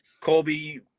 colby